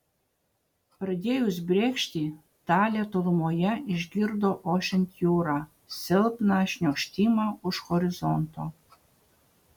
pradėjus brėkšti talė tolumoje išgirdo ošiant jūrą silpną šniokštimą už horizonto